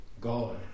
God